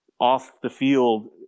off-the-field